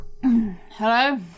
Hello